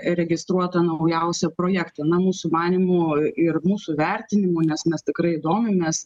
registruotą naujausią projektą na mūsų manymu ir mūsų vertinimu nes mes tikrai domimės